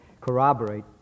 corroborate